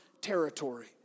territory